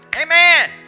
Amen